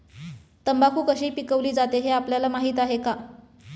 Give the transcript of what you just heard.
तंबाखू कशी पिकवली जाते हे आपल्याला माहीत आहे का?